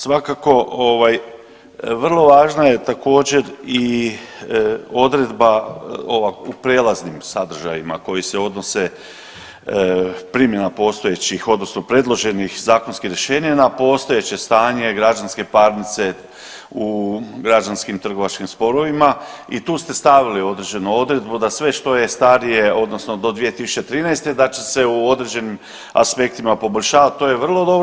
Svakako vrlo važna je također odredba u prijelaznim sadržajima koji se odnose primjena postojećih odnosno predloženih zakonskih rješenja na postojeće stanje građanske parnice u građanskim trgovačkim sporovima i tu ste stavili određenu odredbu da sve što je starije odnosno do 2013. da će se u određenim aspektima poboljšavat, to je vrlo dobro.